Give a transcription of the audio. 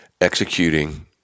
Executing